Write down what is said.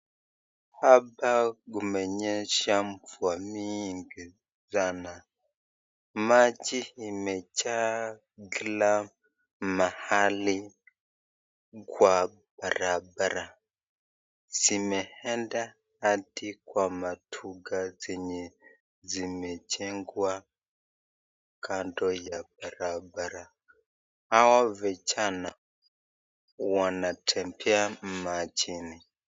Hapa kumenyesha mvua mingi sana. Maji imejaa kila mahali kwa barabara, Zimeenda hadi kwa maduka zenye zimejengwa kando ya barabara. Hawa vijana wanatembea majini.